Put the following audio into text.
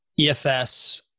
EFS